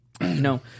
No